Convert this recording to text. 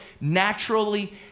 naturally